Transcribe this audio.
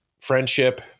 friendship